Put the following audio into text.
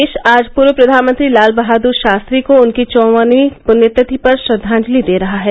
देश आज पूर्व प्रधानमंत्री लाल बहादुर शास्त्री को उनकी चौवनवीं पुण्यतिथि पर श्रद्वांजलि दे रहा है